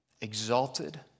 exalted